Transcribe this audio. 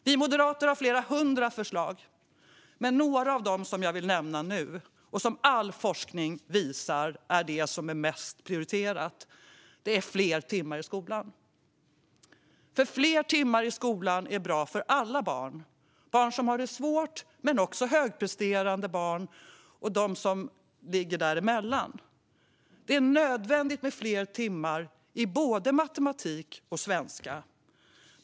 Vi moderater har flera hundra förslag, men något jag vill nämna nu och som all forskning visar är det som är mest prioriterat är fler timmar i skolan. Fler timmar i skolan är bra för alla barn - barn som har det svårt, högpresterande barn och barn som ligger däremellan. Det är nödvändigt med fler timmar i både matematik och svenska.